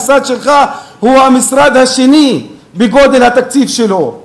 המשרד שלך הוא המשרד השני בגודל התקציב שלו.